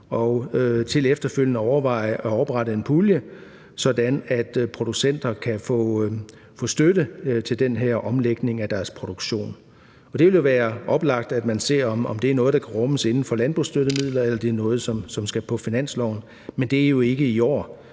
og efterfølgende overvejer at oprette en pulje, sådan at producenter kan få støtte til den her omlægning af deres produktion. Det ville jo være oplagt, at man ser, om det er noget, der kan rummes inden for landbrugsstøttemidlerne, eller det er noget, som skal på finansloven, men det er jo ikke i år,